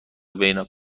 بین